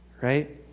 right